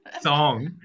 song